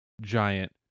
giant